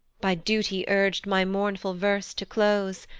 by duty urg'd my mournful verse to close,